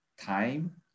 time